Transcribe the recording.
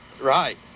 Right